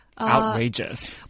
Outrageous